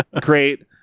great